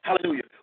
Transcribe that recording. Hallelujah